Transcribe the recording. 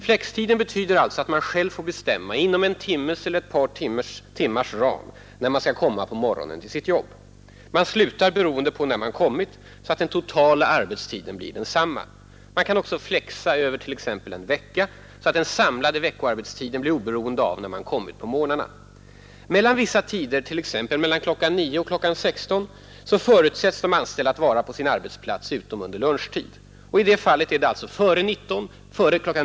Flextiden betyder att man själv får bestämma inom en timmes eller ett par timmars ram när man skall komma på morgonen till sitt jobb. Man slutar beroende på när man kommit, så att den totala arbetstiden blir densamma. Man kan också ”flexa” över t.ex. en vecka, så att den samlade veckoarbetstiden blir oberoende av när man anlänt på morgnarna. Mellan vissa tider, t.ex. mellan kl. 9 och kl. 16, förutsätts de anställda vara på sin arbetsplats utom under lunchtid. I det fallet är det alltså före kl.